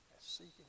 seeking